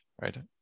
right